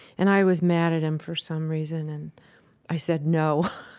and i was mad at him for some reason and i said no,